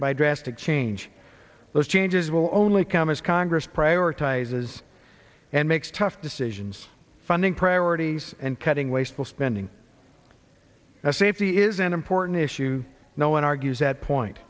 by drastic change those changes will only come as congress prioritizes and makes tough decisions funding priorities and cutting wasteful spending at safety is an important issue no one argues that point